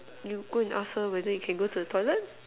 you go and ask her whether you can go to the toilet